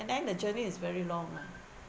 and then the journey is very long ah